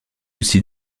aussi